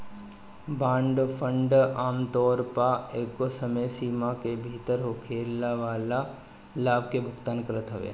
bond fund आमतौर पअ एगो समय सीमा में भीतर होखेवाला लाभ के भुगतान करत हवे